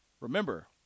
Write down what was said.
remember